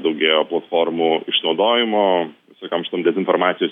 daugėjo platformų išnaudojimo visokiom šitom dezinformacijos